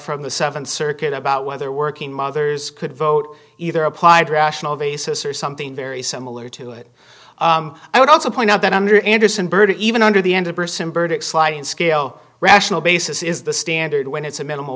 from the th circuit about whether working mothers could vote either applied rational basis or something very similar to it i would also point out that under andersen berta even under the end a person burdick sliding scale rational basis is the standard when it's a minimal